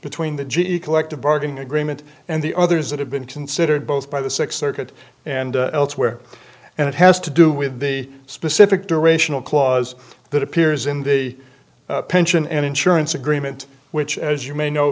between the g e collective bargaining agreement and the others that have been considered both by the sixth circuit and elsewhere and it has to do with the specific durational clause that appears in the pension and insurance agreement which as you may know